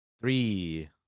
three